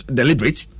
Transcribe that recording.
deliberate